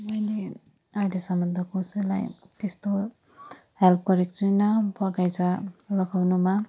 मैले अहिलेसम्म त कसैलाई त्यस्तो हेल्प गरेको छुइनँ बगैँचा लगाउनुमा